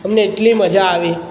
અમને એટલી મજા આવેલી